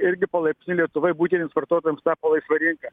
irgi palaipsniui lietuvoje buitiniams vartotojams tapo laisva rinka